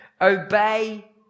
obey